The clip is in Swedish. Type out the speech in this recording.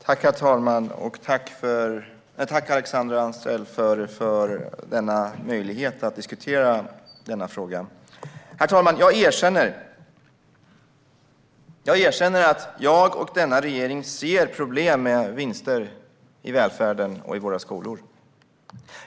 Herr talman! Jag tackar Alexandra Anstrell för möjligheten att diskutera denna fråga. Jag erkänner. Jag erkänner att jag och regeringen ser problem med vinster i välfärden och i våra skolor.